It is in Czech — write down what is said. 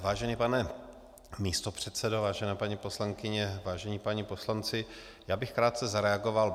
Vážený pane místopředsedo, vážené paní poslankyně, vážení páni poslanci, já bych krátce zareagoval.